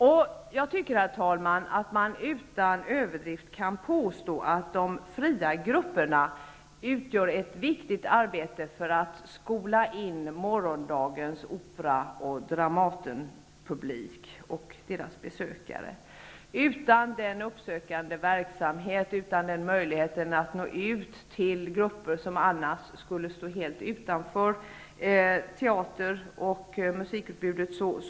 Utan överdrift, herr talman, går det att påstå att de fria grupperna gör ett viktigt arbete för att skola in morgondagens Opera och Dramatenpublik. De fria grupperna gör ett ovärderligt arbete med den uppsökande verksamheten och har förmågan att nå ut till grupper som annars skulle stå helt utanför teateroch musikutbudet.